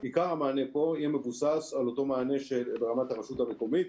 עיקר המענה פה יהיה מבוסס על אותו מענה שברמת הרשות המקומית